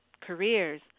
careers